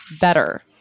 Better